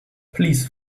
please